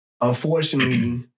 unfortunately